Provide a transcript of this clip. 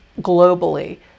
globally